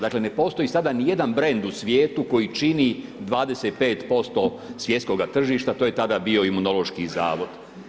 Dakle ne postoji sada ni jedan brend u svijetu koji čini 25% svjetskoga tržišta, to je tada bio Imunološki zavod.